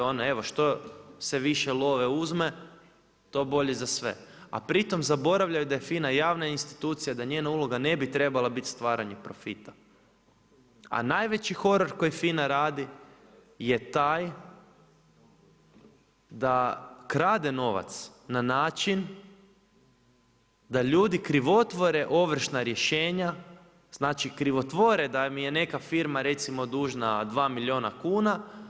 Evo ono što se više love uzme to bolje za sve, a pritom zaboravljaju da je FINA javna institucija, da njena uloga ne bi trebala biti stvaranje profita a najveći horor koji FINA radi je taj da krade novac na način da ljudi krivotvore ovršna rješenja, znači krivotvore da mi je neka firma recimo dužna 2 milijuna kuna.